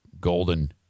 Golden